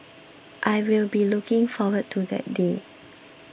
I will be looking forward to that day